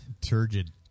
Turgid